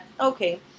Okay